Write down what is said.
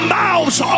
mouths